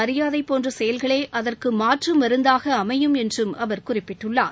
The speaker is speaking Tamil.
மரியாதை போன்ற செயல்களே அதற்கு மாற்று மருந்தாக அமையும் என்றும் அவர் குறிப்பிட்டுள்ளார்